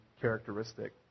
characteristic